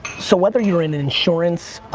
so whether you're in in insurance,